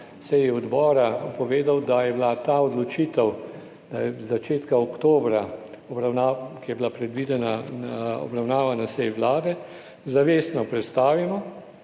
seji odbora povedal, da je bila ta odločitev iz začetka oktobra, ki je bila predvidena obravnava na seji Vlade, zavestno prestavljena